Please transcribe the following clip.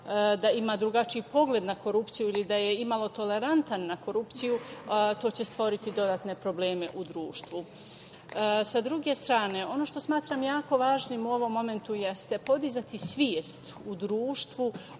ima drugačiji pogled na korupciju ili da je imalo tolerantan na korupciju to će stvoriti dodatne probleme u društvu. Ono što smatram jako važnim u ovom momentu jeste podizati svest u društvu